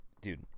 Dude